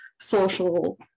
social